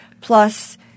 plus